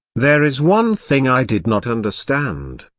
there is one thing i did not understand.